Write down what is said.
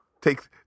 take